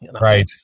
Right